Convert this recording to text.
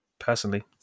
Personally